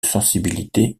sensibilité